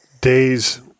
days